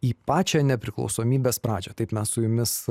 į pačią nepriklausomybės pradžią taip mes su jumis